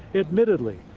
admittedly,